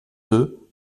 deux